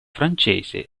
francese